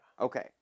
Okay